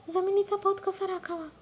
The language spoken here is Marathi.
जमिनीचा पोत कसा राखावा?